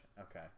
Okay